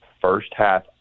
first-half